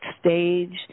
Stage